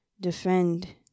defend